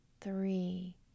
three